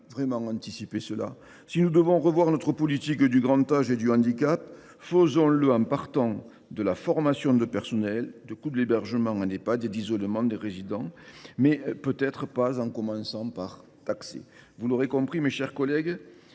point de vue. Si nous devons revoir notre politique du grand âge et du handicap, faisons le en parlant de formation du personnel, de coût de l’hébergement en Ehpad et d’isolement des résidents, mais ne commençons peut être pas par taxer. Vous l’aurez compris, mes chers collègues,